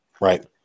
right